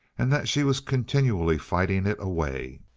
and that she was continually fighting it away.